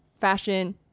fashion